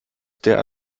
derlei